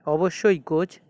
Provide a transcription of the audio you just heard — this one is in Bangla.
অবশ্যই কোচ